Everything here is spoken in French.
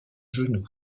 genou